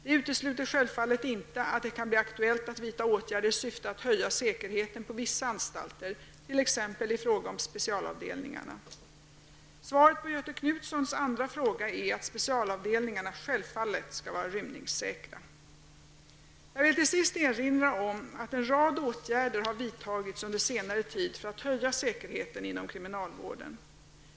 Det utesluter självfallet inte att det kan bli aktuellt att vidta åtgärder i syfte att höja säkerheten på vissa anstalter, t.ex. i fråga om specialavdelningarna. Svaret på Göthe Knutsons andra fråga är att specialavdelningarna självfallet skall vara rymningssäkra. Jag vill till sist erinra om att en rad åtgärder har vidtagits under senare tid för att höja säkerheten inom kriminalvården.